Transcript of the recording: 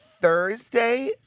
Thursday